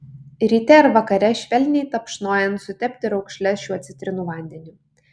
ryte ir vakare švelniai tapšnojant sutepti raukšles šiuo citrinų vandeniu